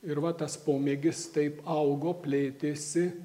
ir va tas pomėgis taip augo plėtėsi